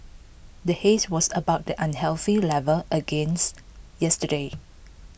the haze was above the unhealthy level again yesterday